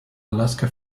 alaska